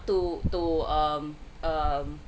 to to um um